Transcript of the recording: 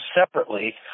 separately